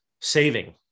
saving